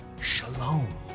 shalom